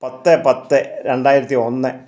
പത്ത് പത്ത് രണ്ടായിരത്തി ഒന്ന്